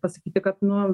pasakyti kad nu